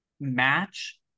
match